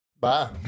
Bye